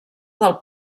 del